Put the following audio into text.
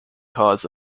cause